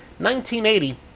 1980